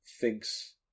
thinks